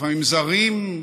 לפעמים זרים,